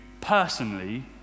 personally